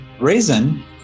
reason